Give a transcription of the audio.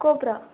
cobra